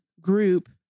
group